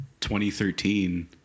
2013